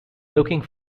looking